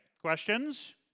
Questions